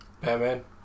Batman